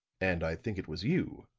and i think it was you,